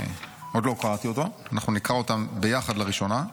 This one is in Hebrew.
עוד לא קראתי אותו, אנחנו נקרא אותו יחד לראשונה.